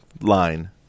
line